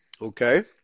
okay